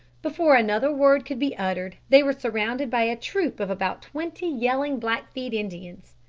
before another word could be uttered, they were surrounded by a troop of about twenty yelling blackfeet indians.